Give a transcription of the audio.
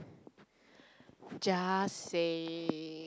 just say